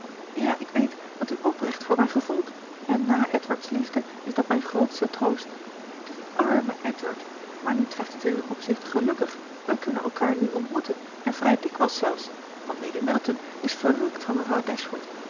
ja ik weet dat u oprecht voor mij gevoelt en na edward's liefde is dat mijn grootste troost die arme edward maar nu treft het in een opzicht gelukkig we kunnen elkaar nu ontmoeten en vrij dikwijls zelfs want lady middleton is verrukt van mevrouw